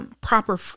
proper